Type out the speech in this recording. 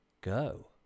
go